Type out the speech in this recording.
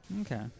okay